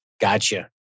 Gotcha